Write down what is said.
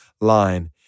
line